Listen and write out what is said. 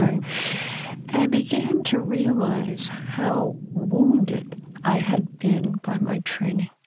i i began to realize how wounded i had been by my training.